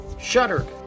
shuttered